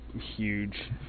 huge